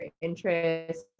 interest